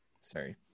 Sorry